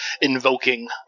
invoking